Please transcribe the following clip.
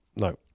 No